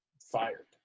fired